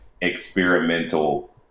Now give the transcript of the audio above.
experimental